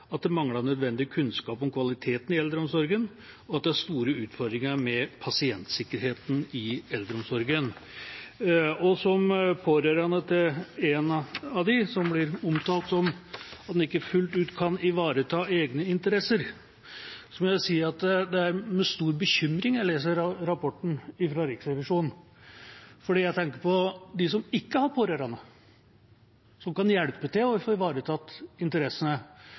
at det mangler nødvendig kunnskap om kvaliteten i eldreomsorgen, og at det er store utfordringer med pasientsikkerheten i eldreomsorgen. Som pårørende til en av dem som blir omtalt som ikke fullt ut i stand til å ivareta egne interesser, må jeg si at det er med stor bekymring jeg leser rapporten fra Riksrevisjonen, for jeg tenker på dem som ikke har pårørende som kan hjelpe til med å få ivaretatt interessene.